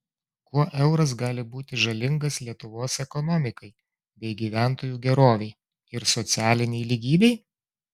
kuo euras gali būti žalingas lietuvos ekonomikai bei gyventojų gerovei ir socialinei lygybei